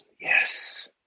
Yes